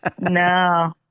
no